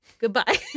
Goodbye